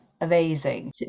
amazing